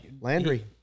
Landry